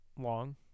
long